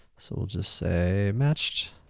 so we'll just say, matched!